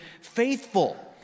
faithful